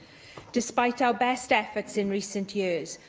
despite our best efforts in recent years,